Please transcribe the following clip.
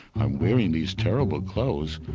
i'm wearing these terrible clothes,